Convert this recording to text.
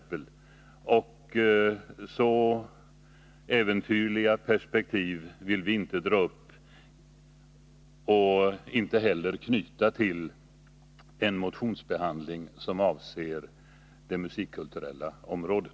Så äventyrliga perspektiv vill vi inte dra upp och inte heller knyta till en motionsbehandling som avser det musikkulturella området.